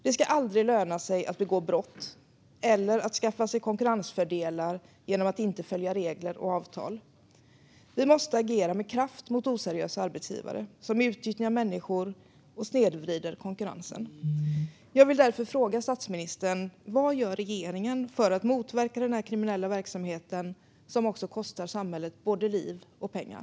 Det ska aldrig löna sig att begå brott eller att skaffa sig konkurrensfördelar genom att inte följa regler och avtal. Vi måste agera med kraft mot oseriösa arbetsgivare som utnyttjar människor och snedvrider konkurrensen. Jag vill därför fråga statsministern: Vad gör regeringen för att motverka den här kriminella verksamheten, som också kostar samhället både liv och pengar?